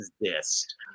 exist